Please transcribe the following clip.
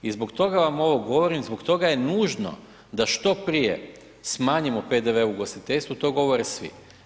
I zbog toga vam ovo govorim, zbog toga je nužno da što prije smanjimo PDV u ugostiteljstvu, to govore svi.